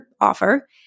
offer